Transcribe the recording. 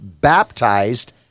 baptized